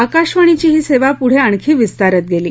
आकाशवाणीची ही सेवा पुढे आणखी विस्तारत गेली